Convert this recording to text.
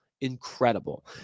Incredible